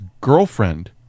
girlfriend